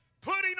putting